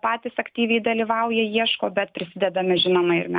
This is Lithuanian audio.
patys aktyviai dalyvauja ieško bet prisidedame žinoma ir mes